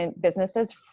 businesses